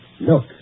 look